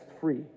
free